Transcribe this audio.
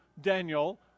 Daniel